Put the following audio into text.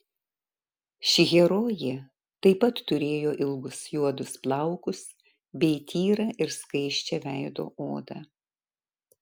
ši herojė taip pat turėjo ilgus juodus plaukus bei tyrą ir skaisčią veido odą